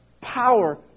power